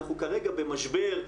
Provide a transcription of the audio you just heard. אנחנו כרגע במשבר.